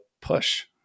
push